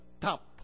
top